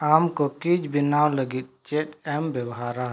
ᱟᱢ ᱠᱳᱠᱤᱡᱽ ᱵᱮᱱᱟᱣ ᱞᱟᱹᱜᱤᱫ ᱪᱮᱫ ᱮᱢ ᱵᱮᱵᱚᱦᱟᱨᱟ